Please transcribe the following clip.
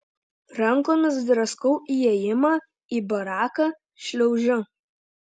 rankomis draskau įėjimą į baraką šliaužiu